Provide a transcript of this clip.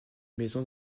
maison